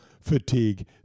fatigue